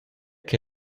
che